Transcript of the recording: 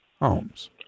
homes